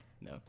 No